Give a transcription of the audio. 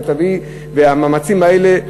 והמאמצים האלה,